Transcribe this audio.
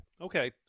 Okay